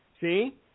See